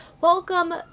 welcome